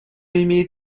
имеет